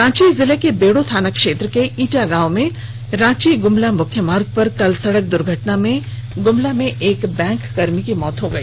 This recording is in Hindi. रांची जिले के बेड़ो थाना क्षेत्र के ईटा गांव में रांची ग्मला मुख्य मार्ग पर कल सड़क द्र्घटना में गुमला के एक बैंककर्मी की मौत हो गई